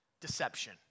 Deception